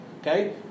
Okay